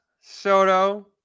Soto